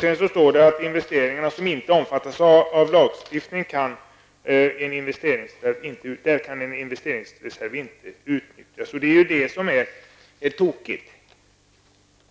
Sedan står det i svaret att investeringar som inte omfattas av lagstiftning inte kan utnyttjas i investeringsreserv. Det är det som är tokigt!